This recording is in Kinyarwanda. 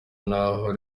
naho